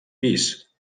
pis